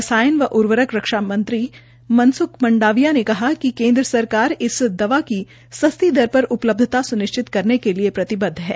रसायन व उर्वरक राज्य मंत्री मनसुख मंडाविया ने कहा है कि केन्द्र सकरर इस दवा की सस्ती दर पर उपलब्धत सु्निश्चित करने के लिए प्रतिबद्ध है